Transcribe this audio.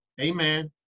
amen